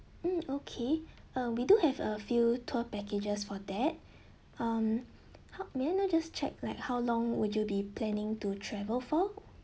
mm okay uh we do have a few tour packages for that um how may I know just check like how long will you be planning to travel for